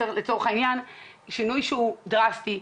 שינוי דרסטי,